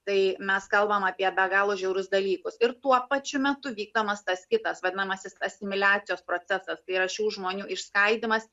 tai mes kalbam apie be galo žiaurius dalykus ir tuo pačiu metu vykdomas tas kitas vadinamasis asimiliacijos procesas tai yra šių žmonių išskaidymas